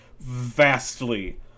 vastly